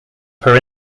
per